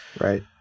Right